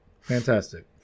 Fantastic